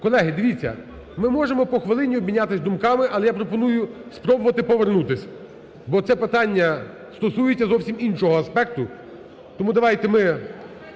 Колеги, дивіться, ми можемо по хвилині обмінятися думками, але я пропоную спробувати повернутись, бо це питання стосується зовсім іншого аспекту. Тому давайте ми…